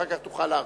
אחר כך תוכל להרחיב.